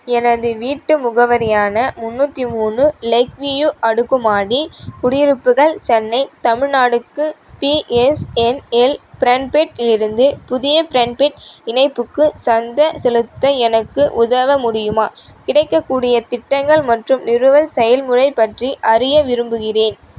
எனது வீட்டு முகவரியான முன்னூற்றி மூணு லேக் வியூ அடுக்குமாடி குடியிருப்புகள் சென்னை தமிழ்நாடுக்கு பிஎஸ்என்எல் ப்ராண்பேண்ட்லிருந்து புதிய ப்ரன்பேட் இணைப்புக்கு சந்தா செலுத்த எனக்கு உதவ முடியுமா கிடைக்கக்கூடிய திட்டங்கள் மற்றும் நிறுவல் செயல்முறை பற்றி அறிய விரும்புகிறேன்